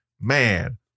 man